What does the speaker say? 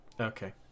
okay